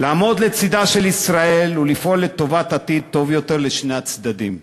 לעמוד לצדה של ישראל ולפעול לטובת עתיד טוב יותר לשני הצדדים.